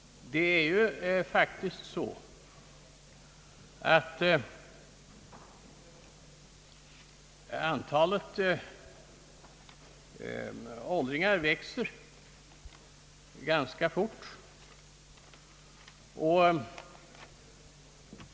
Antalet åldringar växer nämligen ganska fort.